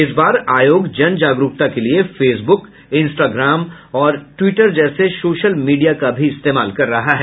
इस बार आयोग जन जागरूकता के लिए फेस बुक इंस्ट्राग्राम और ट्वीटर जैसे सोशल मीडिया का भी इस्तेमाल कर रहा है